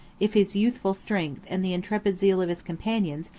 if his youthful strength, and the intrepid zeal of his companions,